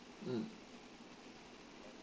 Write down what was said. mm